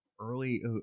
early